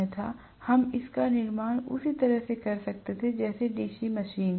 अन्यथा हम इसका निर्माण उसी तरह कर सकते थे जैसे डीसी मशीन